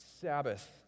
Sabbath